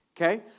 Okay